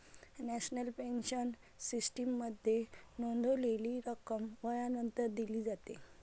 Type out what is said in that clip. national pension सिस्टीममध्ये नोंदवलेली रक्कम वयानंतर दिली जाते